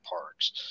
parks